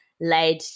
led